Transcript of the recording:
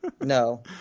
No